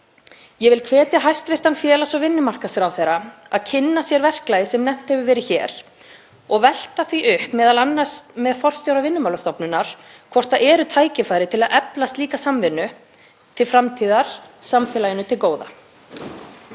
Ég vil hvetja hæstv. félags- og vinnumarkaðsráðherra til að kynna sér verklagið sem nefnt hefur verið hér og velta því upp, m.a. með forstjóra Vinnumálastofnunar, hvort tækifæri séu til að efla slíka samvinnu til framtíðar samfélaginu til góða.